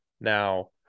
now